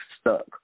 stuck